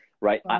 right